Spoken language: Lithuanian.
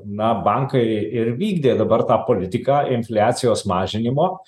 na bankai ir vykdė dabar tą politiką infliacijos mažinimo